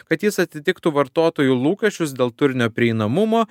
kad jis atitiktų vartotojų lūkesčius dėl turinio prieinamumo